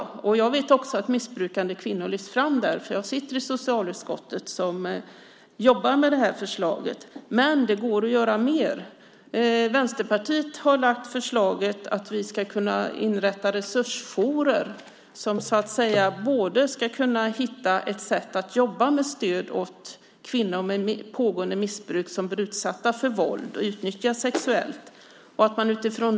Eftersom jag sitter i socialutskottet som jobbar med förslaget vet jag också att missbrukande kvinnor lyfts fram där. Men det går att göra mer. Vänsterpartiet har lagt fram ett förslag om att inrätta resursjourer som ska kunna hitta ett sätt att jobba med stöd åt kvinnor med pågående missbruk som blir utsatta för våld och utnyttjas sexuellt.